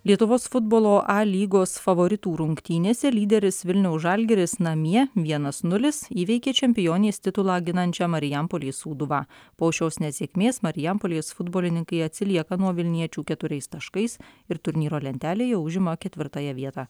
lietuvos futbolo a lygos favoritų rungtynėse lyderis vilniaus žalgiris namie vienas nulis įveikė čempionės titulą ginančią marijampolės sūduvą po šios nesėkmės marijampolės futbolininkai atsilieka nuo vilniečių keturiais taškais ir turnyro lentelėje užima ketvirtąją vietą